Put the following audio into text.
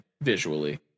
visually